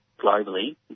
globally